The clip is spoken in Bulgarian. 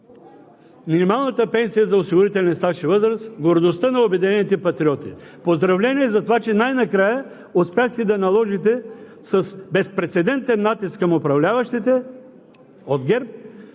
минималната пенсия за осигурителен стаж и възраст – гордостта на „Обединените патриоти“. Поздравления за това, че най-накрая успяхте да наложите с безпрецедентен натиск към управляващите от ГЕРБ